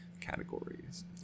categories